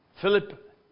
Philip